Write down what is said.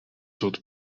soort